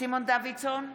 סימון דוידסון,